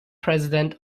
president